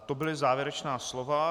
To byly závěrečná slova.